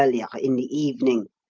earlier in the evening.